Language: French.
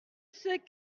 sais